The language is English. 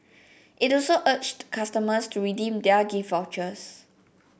it also urged customers to redeem their gift vouchers